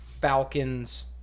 Falcons